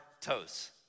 toes